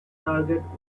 target